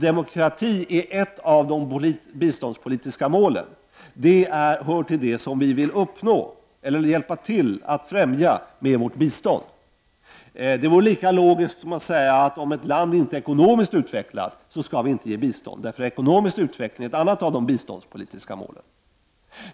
Demokrati är ju ett av de biståndspolitiska målen. Det hör till det som vi vill främja med vårt bistånd. Ett sådant resonemang är lika logiskt som att säga att om ett land inte är ekonomiskt utvecklat, så skall vi inte ge något bistånd. Ekonomisk utveckling är ju ett annat av de biståndspolitiska målen.